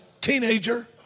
teenager